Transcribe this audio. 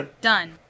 Done